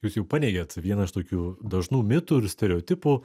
jūs jau paneigėt vieną iš tokių dažnų mitų ir stereotipų